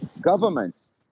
governments